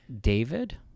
David